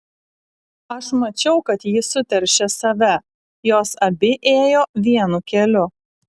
aš mačiau kad ji suteršė save jos abi ėjo vienu keliu